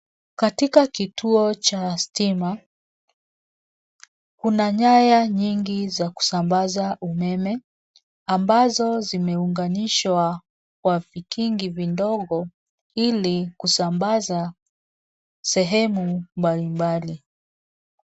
Katika kituo cha stima, kuna nyaya nyingi za kusambaza umeme ambazo zimeunganishwa kwa vigingi vidogo ili kusambaza sehemu mbalimbali.